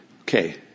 Okay